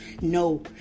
No